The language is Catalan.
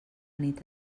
nit